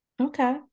okay